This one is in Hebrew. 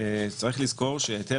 צריך לזכור שהיטל